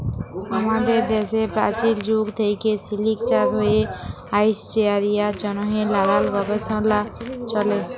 আমাদের দ্যাশে পাচীল যুগ থ্যাইকে সিলিক চাষ হ্যঁয়ে আইসছে আর ইয়ার জ্যনহে লালাল গবেষলা চ্যলে